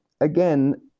Again